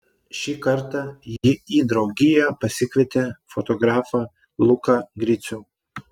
šį kartą ji į draugiją pasikvietė fotografą luką gricių